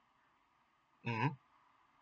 mm